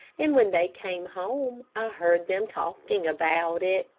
and when they came home, i heard them talking about it.